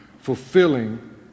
fulfilling